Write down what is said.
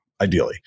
ideally